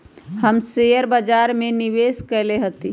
हम शेयर बाजार में निवेश कएले हती